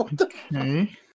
Okay